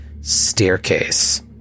staircase